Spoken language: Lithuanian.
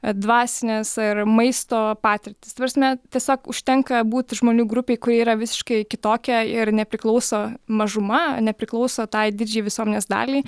dvasinės ir maisto patirtys ta prasme tiesiog užtenka būti žmonių grupėj kuri yra visiškai kitokia ir nepriklauso mažuma nepriklauso tai didžiai visuomenės daliai